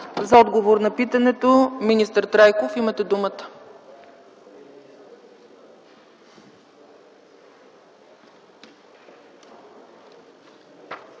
За отговор на питането – министър Трайков, имате думата.